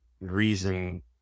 reason